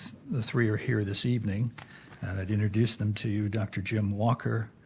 the three are here this evening and i'd introduce them to you, dr. jim walker,